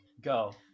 go